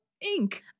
Ink